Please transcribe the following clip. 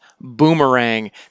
Boomerang